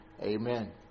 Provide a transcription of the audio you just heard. amen